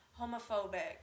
homophobic